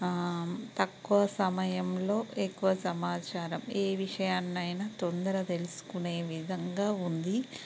తక్కువ సమయంలో ఎక్కువ సమాచారం ఏ విషయాన్నయినా తొందర తెలుసుకునే విధంగా ఉంది